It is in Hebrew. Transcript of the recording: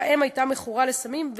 האם הייתה מכורה לסמים,